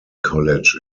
college